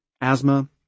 asthma